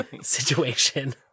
situation